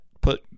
put